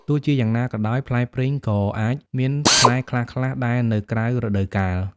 ទោះជាយ៉ាងណាក៏ដោយ ផ្លែព្រីងក៏អាចមានផ្លែខ្លះៗដែរនៅក្រៅរដូវកាល។